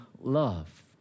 love